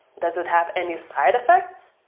does it have any side effects?